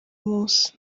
munsi